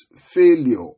failure